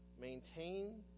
Maintain